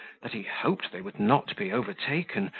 that he hoped they would not be overtaken,